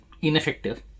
ineffective